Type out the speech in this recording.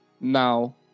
now